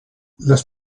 las